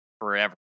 forever